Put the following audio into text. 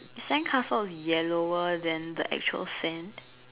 the sandcastle is yellower than the actual sand